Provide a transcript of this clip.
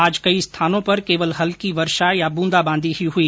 आज कई स्थानों पर केवल हल्की वर्षा या बूंदा बांदी ही हुई